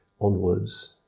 Onwards